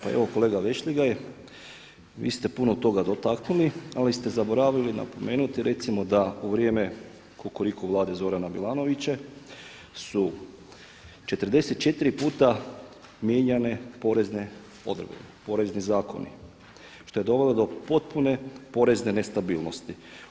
Pa evo kolega Vešligaj, vi ste puno toga dotaknuli ali ste zaboravili napomenuti recimo da u vrijeme Kukuriku vlade Zorana Milanovića su 44 puta mijenjane porezne odredbe, porezni zakon što je dovelo do potpune porezne nestabilnosti.